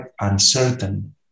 uncertain